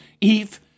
Eve